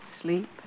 sleep